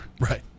Right